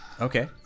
Okay